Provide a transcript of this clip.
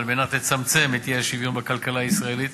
מנת לצמצם את האי-שוויון בכלכלה הישראלית